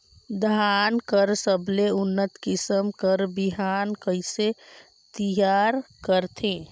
धान कर सबले उन्नत किसम कर बिहान कइसे तियार करथे?